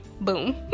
boom